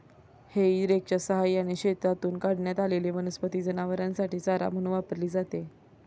हेई रेकच्या सहाय्याने शेतातून काढण्यात आलेली वनस्पती जनावरांसाठी चारा म्हणून वापरली जाते